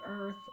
earth